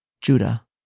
Judah